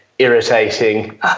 irritating